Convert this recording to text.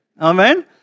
Amen